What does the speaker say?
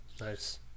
Nice